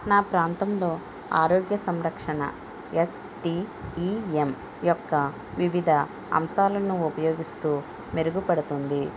నా ప్రాంతంలో ఆరోగ్య సంరక్షణ ఎస్టీఈఎం యొక్క వివిధ అంశాలను ఉపయోగిస్తూ మెరుగు పడుతుంది